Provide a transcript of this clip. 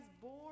born